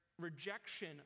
rejection